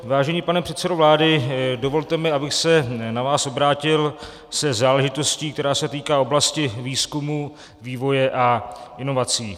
Vážený pane předsedo vlády, dovolte mi, abych se na vás obrátil se záležitostí, která se týká oblasti výzkumu, vývoje a inovací.